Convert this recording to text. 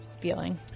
feeling